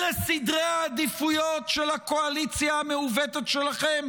אלה סדרי העדיפויות של הקואליציה המעוותת שלכם?